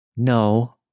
No